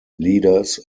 leaders